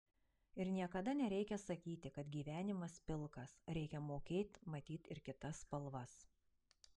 ir niekada nereikia sakyti kad gyvenimas pilkas reikia mokėt matyt ir kitas spalvas